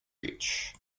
reach